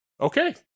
okay